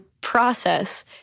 process